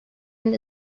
and